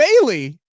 Bailey